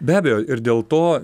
be abejo ir dėl to